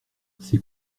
ces